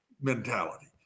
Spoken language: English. mentality